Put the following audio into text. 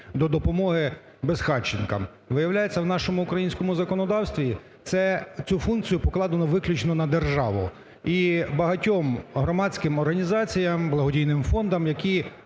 до допомоги безхатченкам. Виявляється, у нашому українському законодавстві це… цю функцію покладено виключно на державу, і багатьом громадським організаціям, благодійним фондам, які